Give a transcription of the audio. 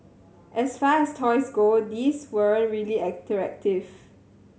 as far as toys go these weren't really interactive